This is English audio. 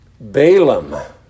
Balaam